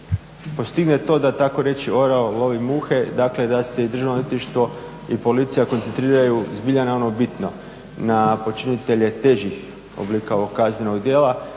postigne to da tako reći orao lovi muhe, dakle da se državno odvjetništvo i policija koncentriraju zbilja na ono bitno, na počinitelje težih oblika ovog kaznenog djela,